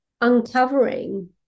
uncovering